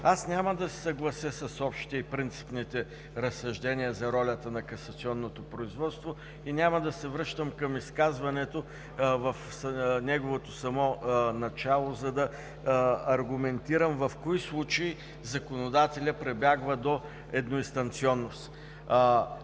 Няма да се съглася с общопринципните разсъждения за ролята на Касационното производство и няма да се връщам към изказването в неговото начало, за да аргументирам в кои случаи законодателят прибягва до едноинстанционност.